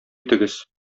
итегез